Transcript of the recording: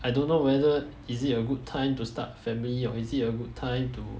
I don't know whether is it a good time to start a family or is it a good time to